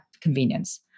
convenience